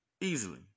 Easily